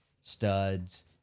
studs